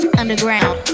underground